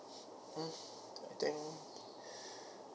mm I think